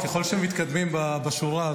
ככל שמתקדמים בשורה,